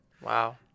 Wow